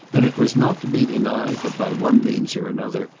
and it was not to be denied that, by one means or another,